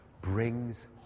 brings